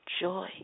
joy